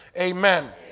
Amen